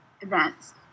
events